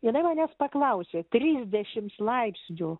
jinai manęs paklausė trisdešims laipsnių